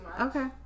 Okay